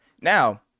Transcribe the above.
now